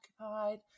occupied